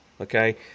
okay